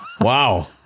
Wow